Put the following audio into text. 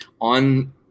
on